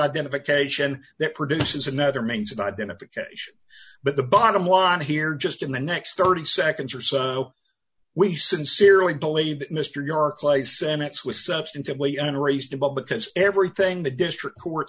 identification that produces another means of identification but the bottom line here just in the next thirty seconds or so we sincerely believe that mr york place and it's with substantively and raised about because everything the district court